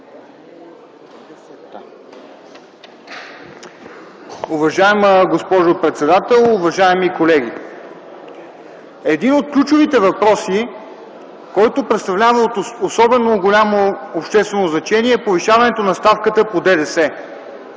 Уважаема госпожо председател, уважаеми колеги! Един от ключовите въпроси, който представлява особено голямо обществено значение, е повишаване на ставката по ДДС